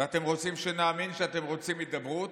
ואתם רוצים שנאמין שאתם רוצים הידברות,